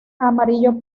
amarillo